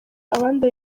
abandi